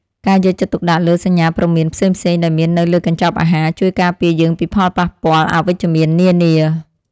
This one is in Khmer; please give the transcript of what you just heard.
ការយកចិត្តទុកដាក់លើសញ្ញាព្រមានផ្សេងៗដែលមាននៅលើកញ្ចប់អាហារ ជួយការពារយើងពីផលប៉ះពាល់អវិជ្ជមាននានា។